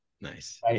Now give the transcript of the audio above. Nice